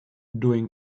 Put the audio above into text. doing